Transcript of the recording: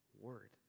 word